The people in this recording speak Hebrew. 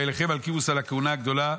וילחם אלקימוס על הכהונה הגדולה.